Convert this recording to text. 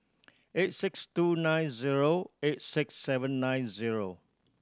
eight six two nine zero eight six seven nine zero